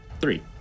Three